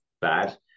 bad